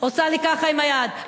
עושה לי ככה עם היד,